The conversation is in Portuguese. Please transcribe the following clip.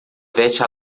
veste